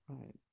right